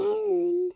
own